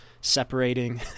separating